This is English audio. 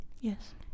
Yes